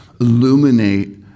illuminate